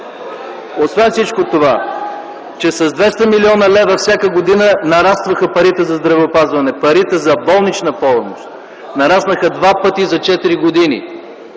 Освен всичко това, че с 200 млн. лв. всяка година нарастваха парите за здравеопазване, парите за болнична помощ нараснаха два пъти за четири